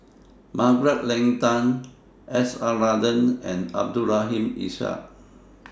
Margaret Leng Tan S R Nathan and Abdul Rahim Ishak